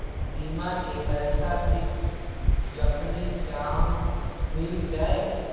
बीमा के पैसा फिक्स जखनि चाहम मिल जाएत?